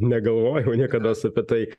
negalvojau niekados apie tai